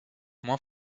moins